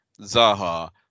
Zaha